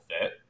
fit